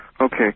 Okay